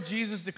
Jesus